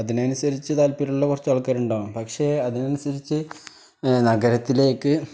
അതിനനുസരിച്ച് താല്പര്യമുള്ള കുറച്ച് ആൾക്കാരുണ്ടാകും പക്ഷേ അതിനനുസരിച്ച് നഗരത്തിലേക്ക്